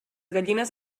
gallines